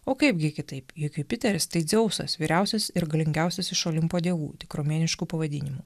o kaip gi kitaip juk jupiteris tai dzeusas vyriausias ir galingiausias iš olimpo dievų tik romėnišku pavadinimu